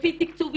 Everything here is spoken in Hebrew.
לפי תקצוב אישי.